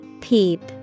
Peep